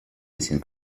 bisschen